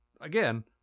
again